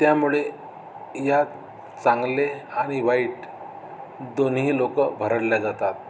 त्यामुळे यात चांगले आणि वाईट दोन्ही लोकं भरडले जातात